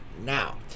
Now